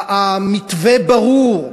המתווה ברור,